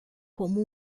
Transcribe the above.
como